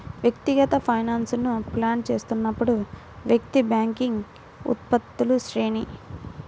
వ్యక్తిగత ఫైనాన్స్లను ప్లాన్ చేస్తున్నప్పుడు, వ్యక్తి బ్యాంకింగ్ ఉత్పత్తుల శ్రేణి